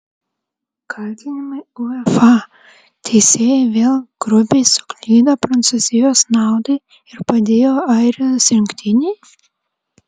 kaltinimai uefa teisėjai vėl grubiai suklydo prancūzijos naudai ir padėjo airijos rinktinei